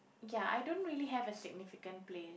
ya I don't really have a significant place